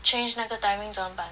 change 那个 timing 怎么办